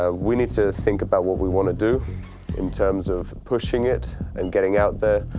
ah we need to think about what we wanna do in terms of pushing it and getting out there